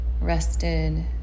rested